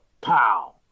pow